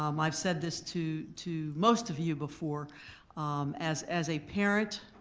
um i've said this to to most of you before as as a parent